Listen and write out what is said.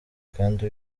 kandi